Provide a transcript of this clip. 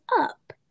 up